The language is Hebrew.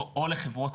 או לחברות בת.